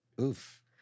Oof